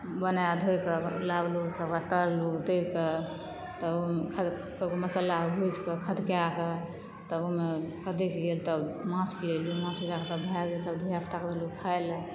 बनाए धोइकऽ लाबलू तऽ ओकरा तरलू तैरकऽ तऽ मसल्ला भूजिकऽ खदकायकऽ तब ओइमे खदैक गेल तब माछके माछ गिराएकऽ तऽ भए गेल तऽ धियापुता कऽ देलू खाय लेए